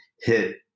hit